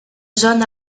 bżonn